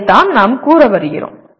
அதைத்தான் நாம் கூறவருகிறோம்